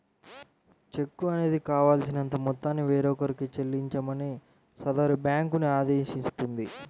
చెక్కు అనేది కావాల్సినంత మొత్తాన్ని వేరొకరికి చెల్లించమని సదరు బ్యేంకుని ఆదేశిస్తుంది